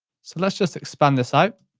so let's just expand this out.